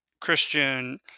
Christian